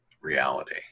reality